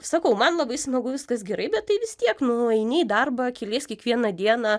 sakau man labai smagu viskas gerai bet tai vis tiek nu eini į darbą kelies kiekvieną dieną